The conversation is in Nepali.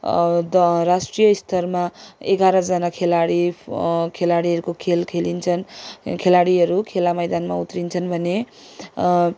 द राष्ट्रिय स्तरमा एघार जाना खेलाडी खेलाडीहरूको खेल खेलिन्छन् खेलाडीहरू खेला मैदानमा उत्रिन्छन् भने